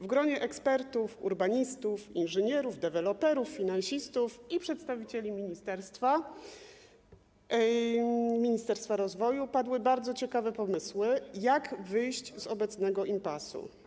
W gronie ekspertów, urbanistów, inżynierów, deweloperów, finansistów i przedstawicieli ministerstwa rozwoju padły bardzo ciekawe pomysły, jak wyjść z obecnego impasu.